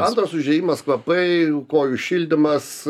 antras užėjimas kvapai kojų šildymas